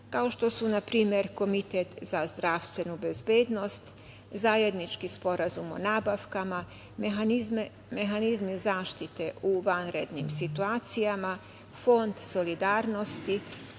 kao što su, na primer, Komitet za zdravstvenu bezbednost, zajednički sporazum o nabavkama, mehanizmi zaštite u vanrednim situacijama, Fond solidarnosti,